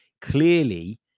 Clearly